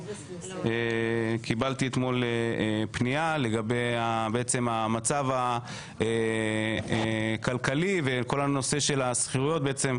קיבלתי אתמול פנייה לגבי המצב הכלכלי וכל הנושא של השכירויות.